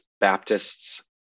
Baptists